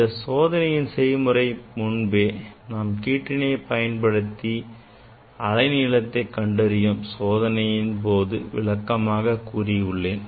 இந்த சோதனையின் செய்முறை பற்றி முன்பே நாம் கிற்றிணியை பயன்படுத்தி அலைநீளத்தை கண்டறியும் சோதனையின் போது விளக்கமாக கூறியுள்ளேன்